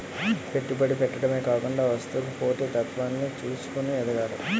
పెట్టుబడి పెట్టడమే కాకుండా వస్తువుకి పోటీ తత్వాన్ని చూసుకొని ఎదగాలి